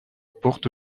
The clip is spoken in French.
porte